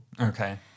Okay